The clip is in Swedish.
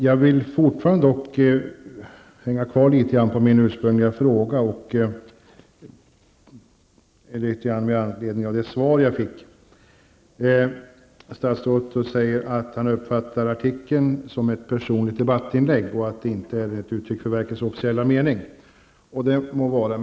Jag vill dock fortfarande hänga kvar litet grand vid min ursprungliga fråga med anledning av det svar jag fick. Statsrådet säger att han uppfattar artikeln som ett personligt debattinlägg, och att den inte är ett uttryck för verkets officiella mening. Det må vara.